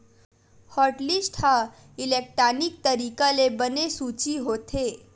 hotlist ह electronic तरीका ले बने सूची होथे